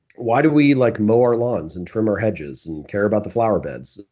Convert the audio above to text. why do we like mow our lawns and trim our hedges and care about the flowerbeds?